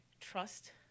trust